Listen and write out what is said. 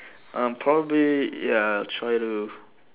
I'll probably ya try to